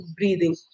Breathing